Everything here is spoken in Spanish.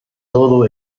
todo